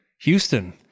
Houston